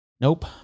Nope